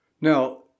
Now